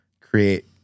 create